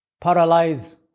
paralyze